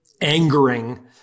angering